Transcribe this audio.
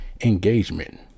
engagement